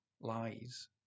lies